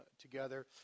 together